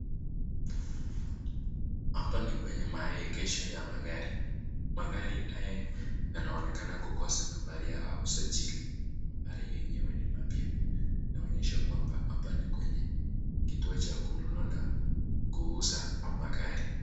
Hapa ni kwenye maegesho ya magari ,magari haya yanaonekana kukosa nambari ya usajili gari yenyewe ni mapya inaonyesha kwamba hapa ni kwenye kituo cha kununua na kuuza magari.